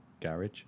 garage